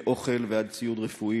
מאוכל ועד ציוד רפואי,